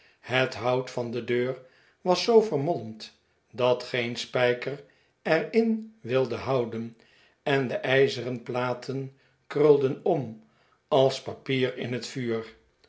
het hout van de deur was zoo vermolmd dat geen spijker er in wilde houden en de ijzeren platen krulden om als papier in het vuur